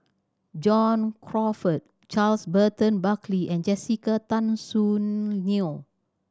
John Crawfurd Charles Burton Buckley and Jessica Tan Soon Neo